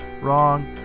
wrong